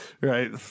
right